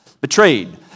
betrayed